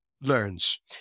learns